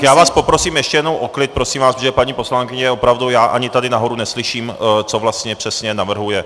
Já vás poprosím ještě jednou o klid, prosím vás, protože paní poslankyně, opravdu, já ani tady nahoru neslyším, co vlastně přesně navrhuje.